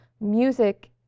music